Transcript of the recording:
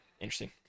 interesting